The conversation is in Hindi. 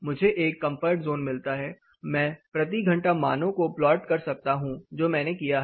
मुझे एक कंफर्ट जोन मिलता है मैं प्रति घंटा मानों को प्लॉट कर सकता हूं जो मैंने किया है